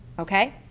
okay.